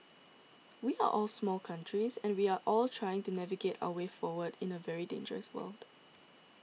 we are all small countries and we are all trying to navigate our way forward in a very dangerous world